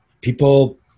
people